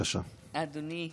היה